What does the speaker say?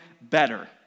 better